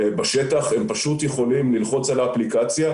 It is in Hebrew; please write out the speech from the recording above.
אבל כל מי ששותף בפרויקט הזה,